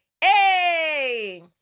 Hey